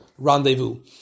Rendezvous